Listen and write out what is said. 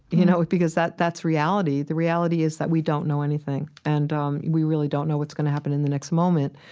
you know, because that's reality. the reality is that we don't know anything, and um we really don't know what's going to happen in the next moment.